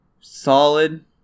Solid